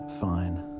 fine